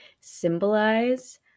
symbolize